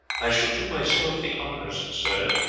i shall do myself the honour, sirs,